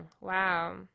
Wow